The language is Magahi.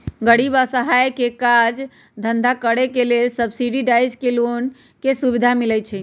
गरीब असहाय के काज धन्धा करेके लेल सब्सिडाइज लोन के सुभिधा मिलइ छइ